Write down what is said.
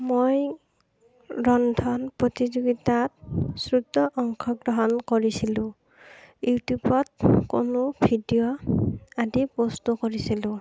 মই ৰন্ধন প্ৰতিযোগিতাত শ্বোটো অংশগ্ৰহণ কৰিছিলো ইউটিউবত কোনো ভিডিঅ' আদি বস্তু কৰিছিলো